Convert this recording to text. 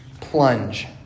plunge